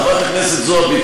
חברת הכנסת זועבי,